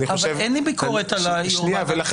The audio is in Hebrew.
אין לי ביקורת על יושב ראש ועדת החוקה אבל אתה